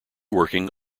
working